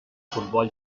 football